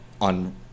on